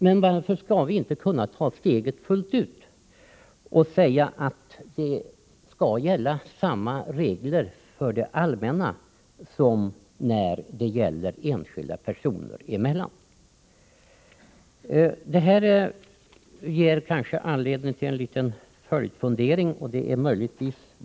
Men varför skall vi inte kunna ta steget fullt ut och säga att samma regler skall gälla för det allmänna som de som gäller mellan enskilda personer och företag? Jag vill i det sammanhanget framföra en liten följdfundering.